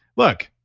look,